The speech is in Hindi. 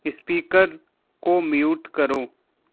इस्पीकर को म्यूट करो